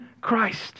Christ